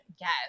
Yes